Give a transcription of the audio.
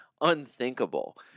unthinkable